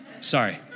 Sorry